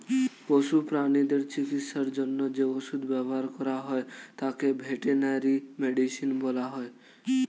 পশু প্রানীদের চিকিৎসার জন্য যে ওষুধ ব্যবহার করা হয় তাকে ভেটেরিনারি মেডিসিন বলা হয়